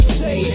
say